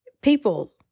people